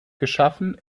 geschaffen